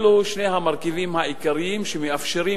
אלה שני המרכיבים העיקריים שמאפשרים